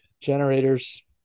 Generators